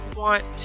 want